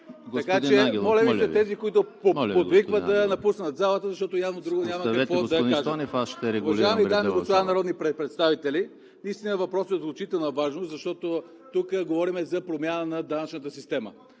Така че, моля тези, които подвикват, да напуснат залата, защото явно друго няма какво да кажат. Уважаеми дами и господа народни представители, наистина въпросът е от изключителна важност, защото тук говорим за промяна на данъчната система.